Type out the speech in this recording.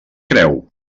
creu